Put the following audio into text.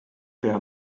pea